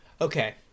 Okay